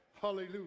Hallelujah